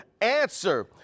answer